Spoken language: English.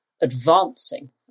advancing